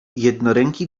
jednoręki